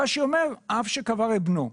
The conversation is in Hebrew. רש"י אומר: אב שקבר את בנו.